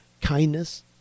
kindness